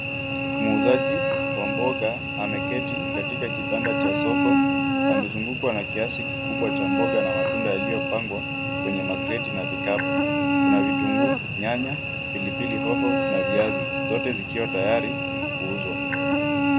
Muuzaji wa mboga ameketi katika kibanda cha soko, amezungukwa na kiasi kikubwa cha mboga na matunda yaliyopangwa kwenye makreti na vikapu. Kuna vitunguu, nyanya, pilipili hoho na viazi, zote zikiwa tayari, kuuzwa.